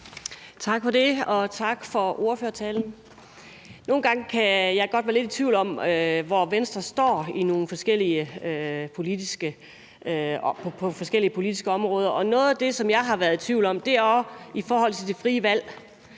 Tak for det, og tak for ordførertalen. Nogle gange kan jeg godt være lidt i tvivl om, hvor Enhedslisten står på forskellige politiske områder, og noget af det, som jeg har været i tvivl om, er også i forhold til det frie valg.